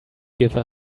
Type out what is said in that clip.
give